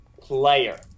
player